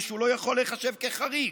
הרי שהוא לא יכול להיחשב כחריג,